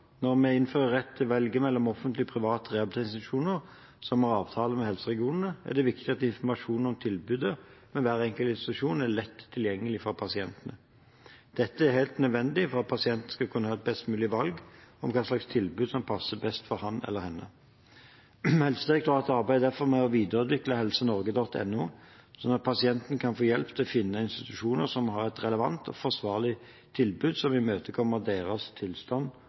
Når vi innfører en rett til å velge mellom offentlige og private rehabiliteringsinstitusjoner som har avtale med helseregionene, er det viktig at informasjon om tilbudene ved hver enkelt institusjon er lett tilgjengelig for pasientene. Dette er helt nødvendig for at pasienten skal kunne ta et best mulig valg om hva slags tilbud som passer best for ham eller henne. Helsedirektoratet arbeider derfor med å videreutvikle helsenorge.no, slik at pasientene kan få hjelp til å finne institusjoner som har et relevant og forsvarlig tilbud som imøtekommer deres tilstand